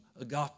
agape